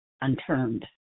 unturned